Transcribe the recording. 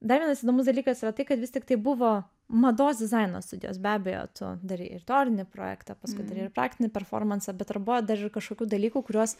dar vienas įdomus dalykas yra tai kad vis tik tai buvo mados dizaino studijos be abejo tu darei ir teorinį projektą paskutinį ir praktinį performansą bet darbo dar ir kažkokių dalykų kuriuos